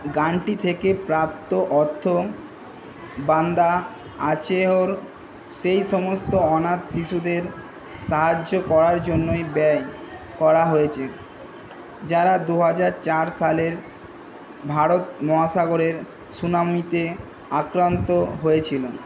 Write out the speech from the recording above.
গানটি থেকে প্রাপ্ত অর্থ বান্দা আচেহর সেই সমস্ত অনাথ শিশুদের সাহায্য করার জন্যই ব্যয় করা হয়েছে যারা দু হাজার চার সালের ভারত মহাসাগরের সুনামিতে আক্রান্ত হয়েছিল